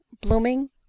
blooming